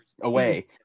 away